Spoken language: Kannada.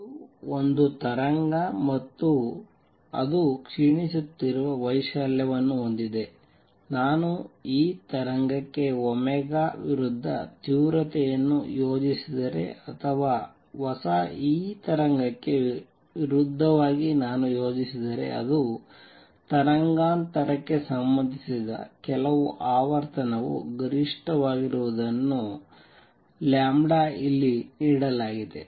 ಇದು ಒಂದು ತರಂಗ ಮತ್ತು ಅದು ಕ್ಷೀಣಿಸುತ್ತಿರುವ ವೈಶಾಲ್ಯವನ್ನು ಹೊಂದಿದೆ ನಾನು ಈ ತರಂಗಕ್ಕೆ ಒಮೆಗಾ ವಿರುದ್ಧ ತೀವ್ರತೆಯನ್ನು ಯೋಜಿಸಿದರೆ ಅಥವಾ ಹೊಸ ಈ ತರಂಗಕ್ಕೆ ವಿರುದ್ಧವಾಗಿ ನಾನು ಯೋಜಿಸಿದರೆ ಅದು ತರಂಗಾಂತರಕ್ಕೆ ಸಂಬಂಧಿಸಿದ ಕೆಲವು ಆವರ್ತನವು ಗರಿಷ್ಠವಾಗಿರುವುದನ್ನು ಇಲ್ಲಿ ನೀಡಲಾಗಿದೆ